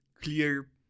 clear